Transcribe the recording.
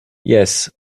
yes